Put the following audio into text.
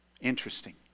Interesting